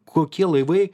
kokie laivai